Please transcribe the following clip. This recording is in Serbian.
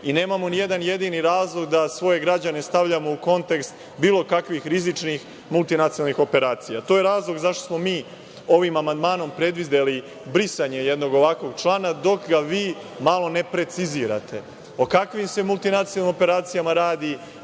i nemamo ni jedan jedini razlog da svoje građane stavljamo u kontekst bilo kakvih rizičnih multinacionalnih operacija. To je razlog zašto smo mi ovim amandmanom predvideli brisanje jednog ovakvog člana, dok ga vi malo ne precizirate – o kakvim se multinacionalnim operacijama radi,